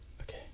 Okay